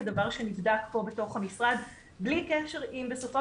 זה דבר שנבדק פה בתוך המשרד בלי קשר אם בסופו